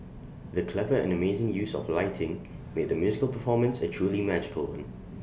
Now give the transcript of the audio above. the clever and amazing use of lighting made the musical performance A truly magical one